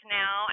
now